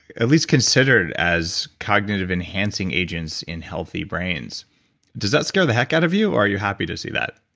at least considered as cognitive enhancing agents in healthy brains does that scare the heck out of you or are you happy to see that?